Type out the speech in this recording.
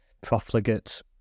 profligate